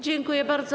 Dziękuję bardzo.